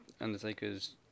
Undertaker's